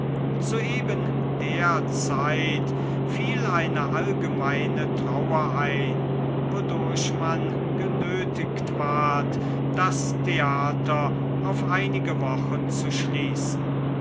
zu eben der zeit fiel eine allgemeine trauer ein wodurch man genötigt ward das theater auf einige wochen zu schließen